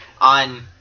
on